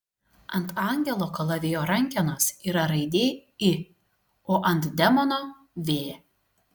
ant angelo kalavijo rankenos yra raidė i o ant demono v